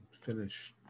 finish